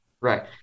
Right